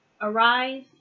Arise